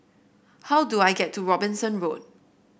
how do I get to Robinson Road